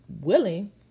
willing